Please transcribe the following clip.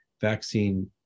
vaccine